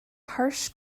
harsh